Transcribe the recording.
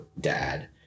dad